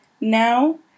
now